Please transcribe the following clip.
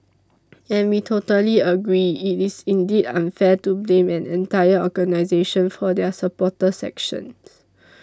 and we totally agree it is indeed unfair to blame an entire organisation for their supporters actions